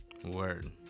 Word